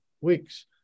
weeks